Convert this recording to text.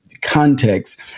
context